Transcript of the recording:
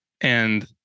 And-